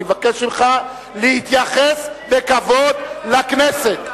אני מבקש ממך להתייחס בכבוד לכנסת.